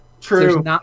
True